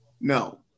No